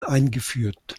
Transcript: eingeführt